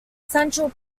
central